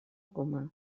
coma